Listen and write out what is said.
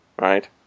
right